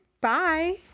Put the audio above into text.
Bye